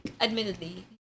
admittedly